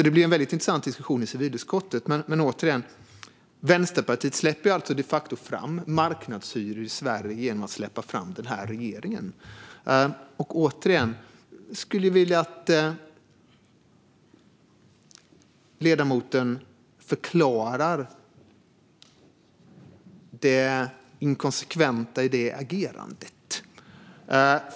Det blev en väldigt intressant diskussion i civilutskottet. Men återigen - Vänsterpartiet släpper de facto fram marknadshyror i Sverige genom att släppa fram denna regering. Jag skulle vilja att ledamoten förklarar detta inkonsekventa agerande.